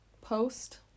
post